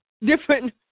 different